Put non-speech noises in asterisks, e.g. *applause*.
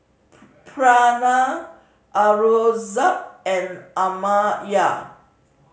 *unintelligible* Pranav Aurangzeb and Amartya